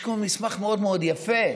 יש כבר מסמך מאוד מאוד יפה,